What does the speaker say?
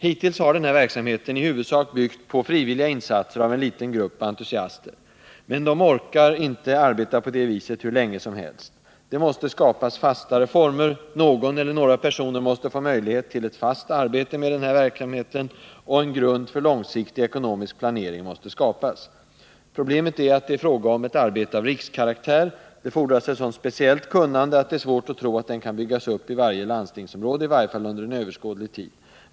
Hittills har den här verksamheten i huvudsak byggt på frivilliga insatser av enliten grupp entusiaster, men de orkar inte arbeta på det viset hur länge som helst. Det måste skapas fastare former. Någon eller några personer måste få möjlighet till ett stadigt arbete med den viktiga verksamheten, och en grund för långsiktig ekonomisk planering måste skapas. Problemet är att det är fråga om ett arbete av rikskaraktär. Det fordras ett så speciellt kunnande att det är svårt att tro att verksamheten kan byggas upp i varje landstingsområde, i varje fall under överskådlig tid.